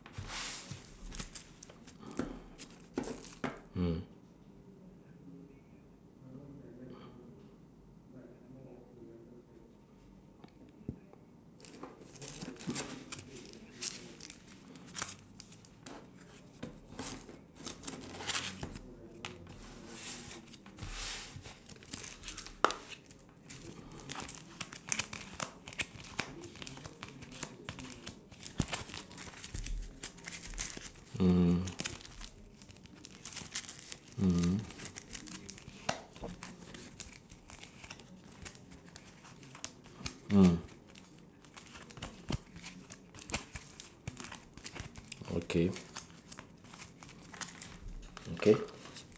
mm mm mmhmm mm okay